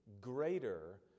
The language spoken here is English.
greater